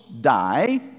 die